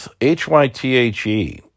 H-Y-T-H-E